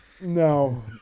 No